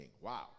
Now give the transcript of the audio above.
Wow